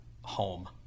home